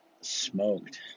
smoked